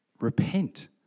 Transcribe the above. Repent